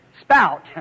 spout